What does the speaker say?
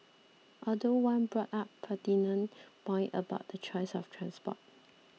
although one brought up a pertinent point about the choice of transport